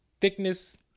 Thickness